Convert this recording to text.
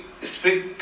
speak